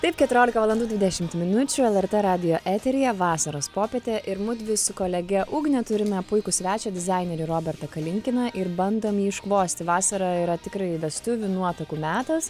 taip keturiolika valandų dvidešimt minučių lrt radijo eteryje vasaros popietė ir mudvi su kolege ugne turime puikų svečią dizainerį robertą kalinkiną ir bandom jį iškvosti vasara yra tikrai vestuvių nuotakų metas